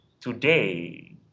today